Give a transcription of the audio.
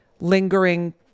lingering